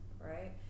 right